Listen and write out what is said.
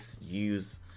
use